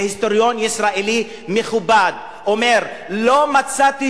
היסטוריון ישראלי מכובד אומר: לא מצאתי